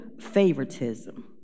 favoritism